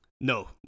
No